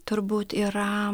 turbūt yra